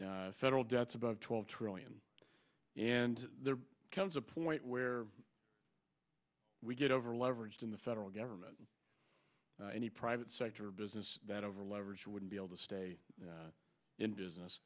federal debts about twelve trillion and there comes a point where we get over leveraged in the federal government any private sector business that over leverage would be able to stay in business